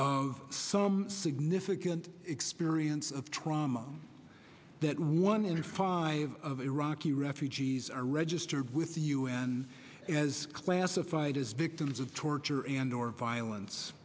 of some significant experience of trauma that one in five of iraqi refugees are registered with the u n as classified as victims of torture and or violence